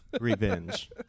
Revenge